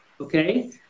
Okay